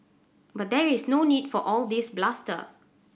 but there is no need for all this bluster